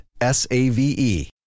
S-A-V-E